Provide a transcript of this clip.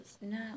No